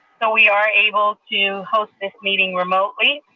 so we are able to host this meeting remotely.